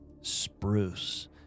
Spruce